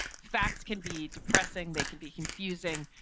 facts can be depressing. they can be confusing,